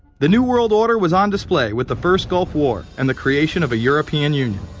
the new world order was on display with the first gulf war. and the creation of a european union.